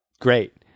great